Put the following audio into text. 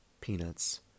peanuts